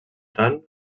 tant